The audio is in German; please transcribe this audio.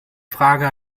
frage